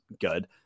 good